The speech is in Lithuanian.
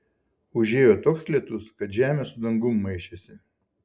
užėjo toks lietus kad žemė su dangum maišėsi